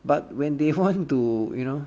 but when they wanted to you know